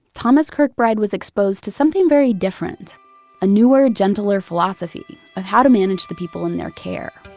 thomas kirkbride was exposed to something very different a newer, gentler philosophy how to manage the people in their care.